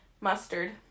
Mustard